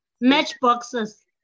matchboxes